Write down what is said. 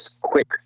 quick